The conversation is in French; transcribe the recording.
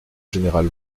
général